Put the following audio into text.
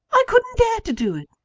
i couldn't dare to do it!